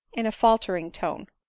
in a faltering tone.